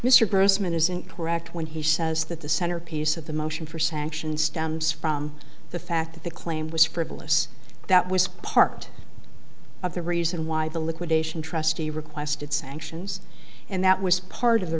incorrect when he says that the centerpiece of the motion for sanctions stems from the fact that the claim was frivolous that was part of the reason why the liquidation trustee requested sanctions and that was part of the